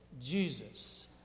Jesus